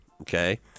okay